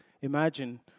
Imagine